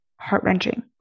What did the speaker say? heart-wrenching